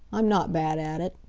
i'm not bad at it.